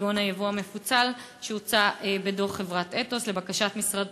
כגון הייבוא המפוצל שהוצע בדוח חברת "א.ת.ו.ס" לבקשת המשרד